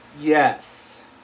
Yes